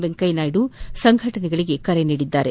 ವೆಂಕಯ್ಚನಾಯ್ಡು ಸಂಘಟನೆಗಳಿಗೆ ಕರೆ ನೀಡಿದ್ದಾರೆ